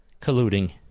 colluding